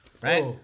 Right